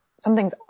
something's